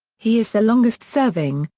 he is the longest-serving,